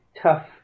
tough